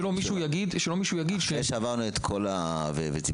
שמישהו לא יגיד --- אחרי שעברנו את הכול וצמצמנו